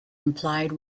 implied